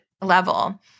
level